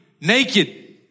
naked